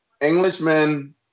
Englishmen